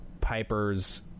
Piper's